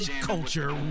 Culture